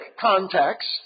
context